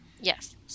Yes